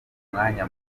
umwanya